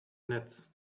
netz